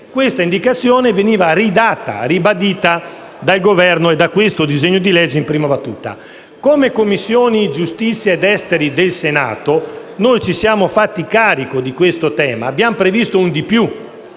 Questa indicazione veniva ribadita dal Governo e da questo disegno di legge in prima battuta. Come Commissioni giustizia ed affari esteri del Senato ci siamo fatti carico di questo tema e abbiamo previsto un di più,